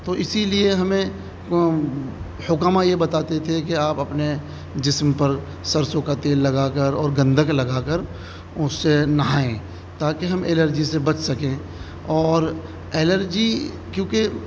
تو اسی لیے ہمیں حکما یہ بتاتے تھے کہ آپ اپنے جسم پر سرسوں کا تیل لگا کر اور گندھک لگا کر اس سے نہائیں تاکہ ہم الرجی سے بچ سکیں اور الرجی کیونکہ